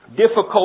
difficult